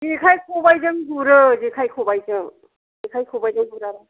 जेखाय खबाय जों गुरो जेखाय खबाय जों जेखाय खबाय जों गुराबा